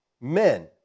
Men